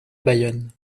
bayonne